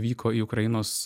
vyko į ukrainos